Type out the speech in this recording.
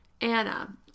Anna